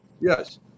yes